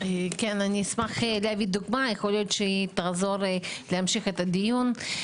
אשמח להביא דוגמה יכול להיות שהיא תעזור להמשיך את הדיון.